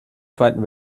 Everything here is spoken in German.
zweiten